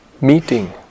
meeting